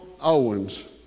Owens